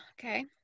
Okay